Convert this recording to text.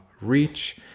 reach